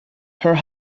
her